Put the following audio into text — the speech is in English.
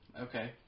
Okay